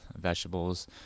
vegetables